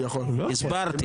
הסברתי.